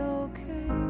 okay